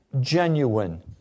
genuine